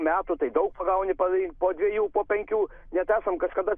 metų tai daug pagauni pav po dviejų po penkių net esam kažkada